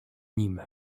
nim